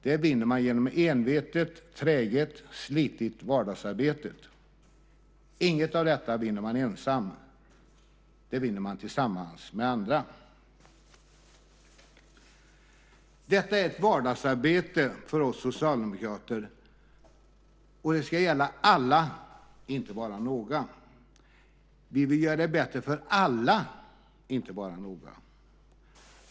Man vinner det genom envetet, träget, slitigt vardagsarbete. Inget av detta vinner man ensam. Man vinner det tillsammans med andra. Detta är ett vardagsarbete för oss socialdemokrater, och det ska gälla alla, inte bara några. Vi vill göra det bättre för alla, inte bara några.